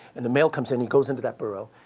and the male comes in and goes into that burrow.